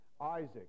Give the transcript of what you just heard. Isaac